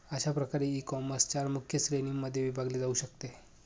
अशा प्रकारे ईकॉमर्स चार मुख्य श्रेणींमध्ये विभागले जाऊ शकते